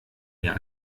mehr